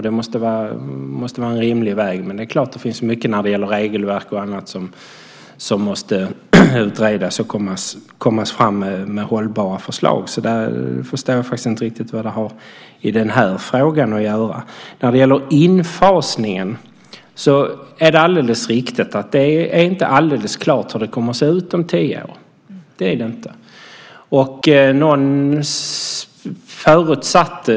Det måste vara en rimlig väg, men det är klart att det finns mycket när det gäller regelverk och annat som måste utredas, och man måste komma fram med hållbara förslag. Jag förstår faktiskt inte riktigt vad det här har med den här frågan att göra. När det gäller infasningen är det riktigt att det inte är alldeles klart hur det kommer att se ut om tio år. Det är det inte.